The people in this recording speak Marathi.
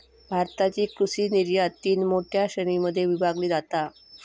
भारताची कृषि निर्यात तीन मोठ्या श्रेणीं मध्ये विभागली जाता